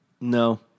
No